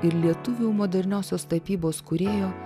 ir lietuvių moderniosios tapybos kūrėjo